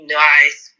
nice